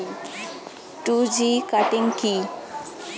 Two G cutting কি?